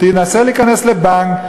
תנסה להיכנס לבנק,